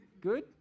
Good